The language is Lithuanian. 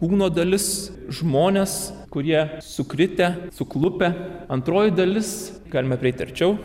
kūno dalis žmones kurie sukritę suklupę antroji dalis galime prieiti arčiau